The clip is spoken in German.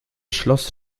schloss